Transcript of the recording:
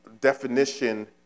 definition